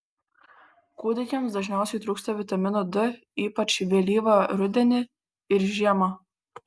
kūdikiams dažniausiai trūksta vitamino d ypač vėlyvą rudenį ir žiemą